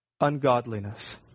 ungodliness